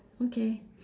okay